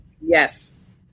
Yes